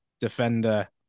defender